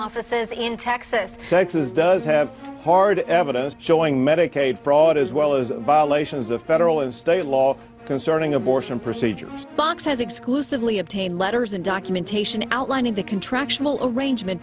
offices in texas texas does have hard evidence showing medicaid fraud as well as violations of federal and state law concerning abortion procedures fox has exclusively obtained letters and documentation outlining the contractual arrangement